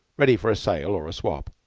ready for a sale or a swap,